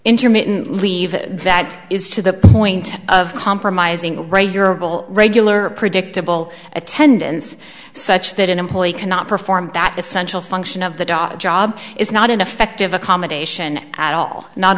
intermittent leave that is to the point of compromising your regular predictable attendance such that an employee cannot perform that essential function of the da job is not an effective accommodation at all not